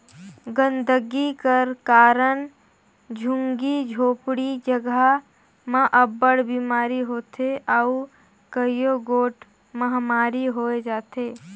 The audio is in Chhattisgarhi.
गंदगी कर कारन झुग्गी झोपड़ी जगहा में अब्बड़ बिमारी होथे अउ कइयो गोट महमारी होए जाथे